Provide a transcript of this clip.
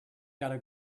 gotta